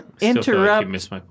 interrupt